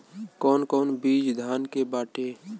कौन कौन बिज धान के बाटे?